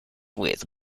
with